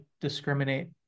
discriminate